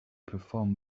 perform